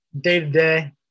day-to-day